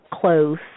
close